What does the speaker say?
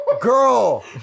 girl